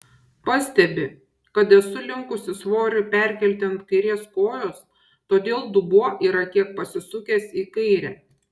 pastebi kad esu linkusi svorį perkelti ant kairės kojos todėl dubuo yra kiek pasisukęs į kairę